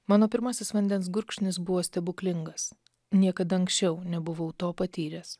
mano pirmasis vandens gurkšnis buvo stebuklingas niekad anksčiau nebuvau to patyręs